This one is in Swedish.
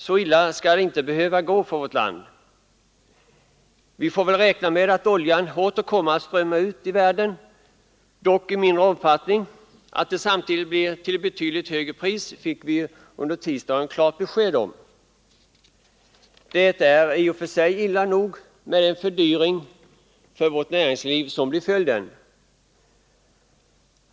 Så illa skall det inte behöva gå för vårt land. Vi får väl räkna med att oljan åter kommer att strömma ut i världen, dock i mindre omfattning. Att det samtidigt blir till betydligt högre pris fick vi ju under tisdagen klart besked om. Det är i och för sig illa nog med den fördyring för vårt näringsliv som blir följden.